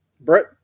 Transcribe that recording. Brett